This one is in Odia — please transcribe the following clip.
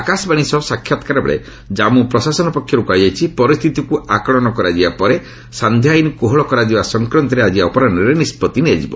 ଆକାଶବାଣୀ ସହ ସାକ୍ଷାତକାର ବେଳେ ଜାନ୍ମୁ ପ୍ରଶାସନ ପକ୍ଷରୁ କୁହାଯାଇଛି ପରିସ୍ଥିତିକୁ ଆକଳନ କରାଯିବା ପରେ ସାନ୍ଧ୍ୟ ଆଇନ୍ କୋହଳ କରାଯିବା ସଂକ୍ରାନ୍ତରେ ଆଜି ଅପରାହୁରେ ନିଷ୍ପତ୍ତି ନିଆଯିବ